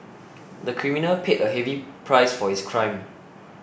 the criminal paid a heavy price for his crime